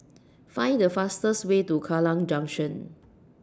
Find The fastest Way to Kallang Junction